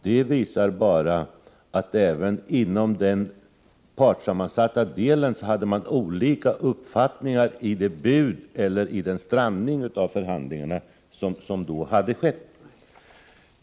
Det visar bara att det inom den partsammansatta delen fanns olika uppfattningar om budet och om den strandning av förhandlingarna som då hade skett.